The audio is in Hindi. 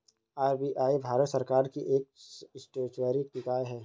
आर.बी.आई भारत सरकार की एक स्टेचुअरी निकाय है